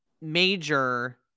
major